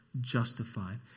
justified